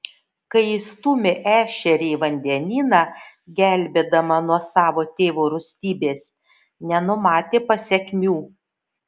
kai įstūmė ešerį į vandenyną gelbėdama nuo savo tėvo rūstybės nenumatė pasekmių